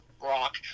rock